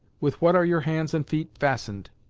with what are your hands and feet fastened?